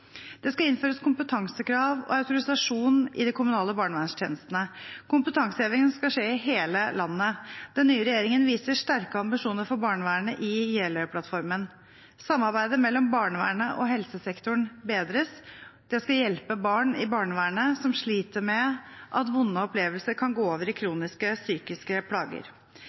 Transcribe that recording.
Det skal innføres kompetansekrav og autorisasjon i de kommunale barnevernstjenestene. Kompetansehevingen skal skje i hele landet. Den nye regjeringen viser sterke ambisjoner for barnevernet i Jeløya-plattformen. Samarbeidet mellom barnevernet og helsesektoren bedres. Det skal hjelpe barn i barnevernet som sliter med at vonde opplevelser kan gå over i kroniske psykiske plager.